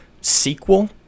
sequel